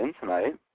tonight